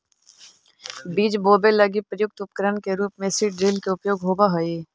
बीज बोवे लगी प्रयुक्त उपकरण के रूप में सीड ड्रिल के उपयोग होवऽ हई